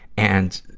and,